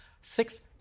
six